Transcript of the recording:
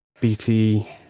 BT